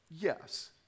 Yes